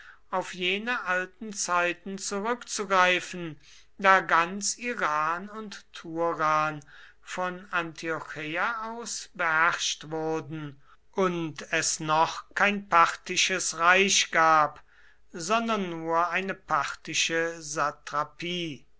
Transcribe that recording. auf jene alten zeiten zurückzugreifen da ganz iran und turan von antiocheia aus beherrscht wurden und es doch kein parthisches reich gab sondern nur eine parthische